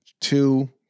two